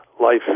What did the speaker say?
life